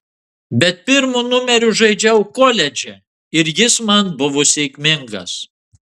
bet pirmu numeriu žaidžiau koledže ir jis man buvo sėkmingas